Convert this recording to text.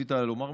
רצית לומר משהו?